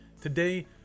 Today